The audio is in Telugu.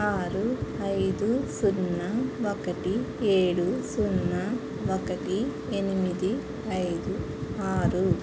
ఆరు ఐదు సున్నా ఒకటి ఏడు సున్నా ఒకటి ఎనిమిది ఐదు ఆరు